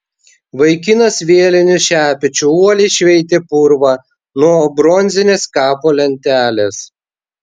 vaikinas vieliniu šepečiu uoliai šveitė purvą nuo bronzinės kapo lentelės